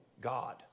god